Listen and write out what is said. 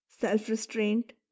self-restraint